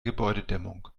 gebäudedämmung